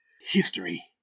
History